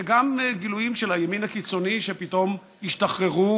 וגם גילויים של הימין הקיצוני שפתאום השתחררו